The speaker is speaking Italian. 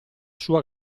sua